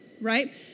right